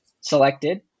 selected